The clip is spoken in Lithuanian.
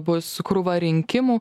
bus krūva rinkimų